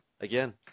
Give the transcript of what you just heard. Again